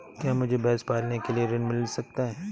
क्या मुझे भैंस पालने के लिए ऋण मिल सकता है?